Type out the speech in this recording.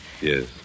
Yes